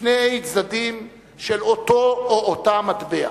שני צדדים של אותה המטבע.